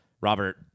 Robert